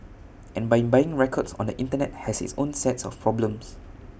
and buying records on the Internet has its own set of problems